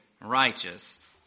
righteous